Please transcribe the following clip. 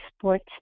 sports